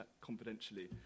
confidentially